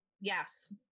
Yes